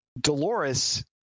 Dolores